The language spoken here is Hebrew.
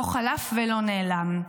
לא חלף ולא נעלם.